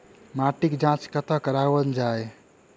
माटिक जाँच कतह कराओल जाए?